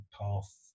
path